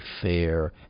fair